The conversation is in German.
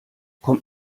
kommt